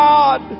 God